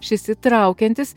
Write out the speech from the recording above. šis įtraukiantis